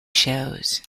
shows